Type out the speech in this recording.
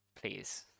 Please